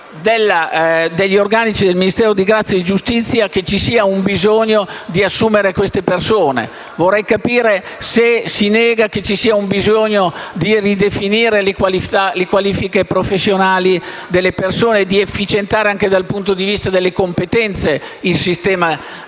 degli organici del Ministero della giustizia, che ci sia un bisogno di assumere queste persone. Vorrei capire se si nega che ci sia un bisogno di ridefinire le qualifiche professionali delle persone e di efficientare, anche dal punto di vista delle competenze, il sistema della